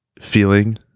feeling